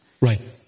Right